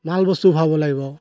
মাল বস্তু ভৰাব লাগিব